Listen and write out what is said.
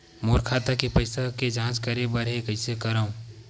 मोर खाता के पईसा के जांच करे बर हे, कइसे करंव?